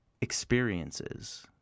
experiences